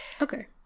Okay